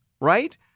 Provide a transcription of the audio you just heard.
Right